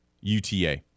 UTA